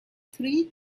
three